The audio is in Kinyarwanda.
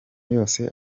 yose